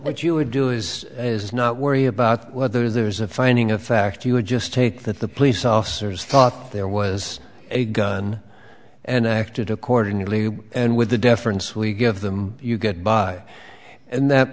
what you would do is is not worry about whether there is a finding of fact you would just take that the police officers thought there was a gun and i acted accordingly and with the deference we give them you get by and that